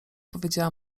powiedziała